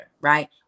Right